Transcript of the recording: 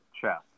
chess